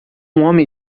homem